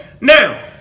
Now